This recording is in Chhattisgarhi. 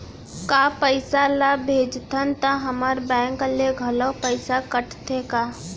का पइसा ला भेजथन त हमर बैंक ले घलो पइसा कटथे का?